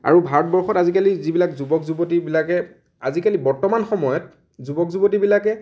আৰু ভাৰতবৰ্ষত আজিকালি যিবিলাক যুৱক যুৱতীবিলাকে আজিকালি বৰ্তমান সময়ত যুৱক যুৱতীবিলাকে